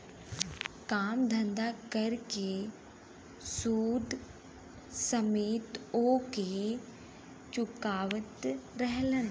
काम धंधा कर के सूद समेत ओके चुकावत रहलन